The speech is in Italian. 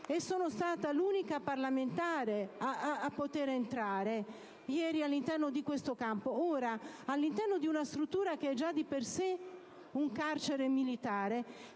che sono stata l'unica parlamentare a poter entrare ieri all'interno di questo campo. Ora, all'interno di una struttura che già di per sé è un carcere militare,